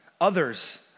others